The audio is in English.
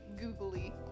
googly